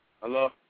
Hello